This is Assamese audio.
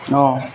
অঁ